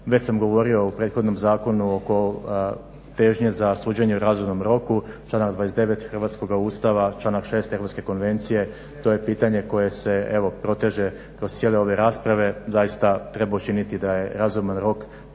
Već sam govorio u prethodnom zakonu oko težnje za suđenje u razumnom roku članak 29. hrvatskoga Ustava, članak 6. Europske konvencije to je pitanje koje se evo proteže kroz cijele ove rasprave. Zaista treba učiniti da je razuman rok